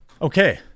Okay